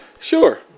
Sure